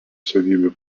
savybių